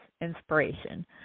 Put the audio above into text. inspiration